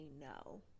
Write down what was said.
no